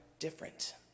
different